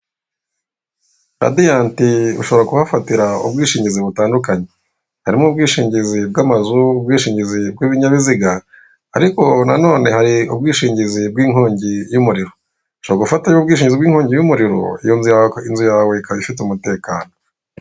Radiyanti ushobora kuhafatira ubwishingizi butandukanye harimo ubwishingizi bw'amazu, ubwishingizi bw'ibinyabziga ariko nanone hari ubwishngizi bw'inkongi y'umuriro. Ushobora gufata ubwishingizi bw'inkongi y'umuriro iyo nzu yawe ikaba ifite umutekano